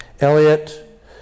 Elliot